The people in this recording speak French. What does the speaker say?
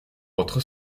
votre